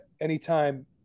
anytime